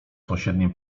sąsiednim